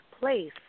place